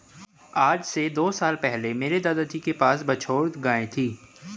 आज से दो साल पहले मेरे दादाजी के पास बछौर गाय थी